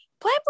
Play